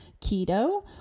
keto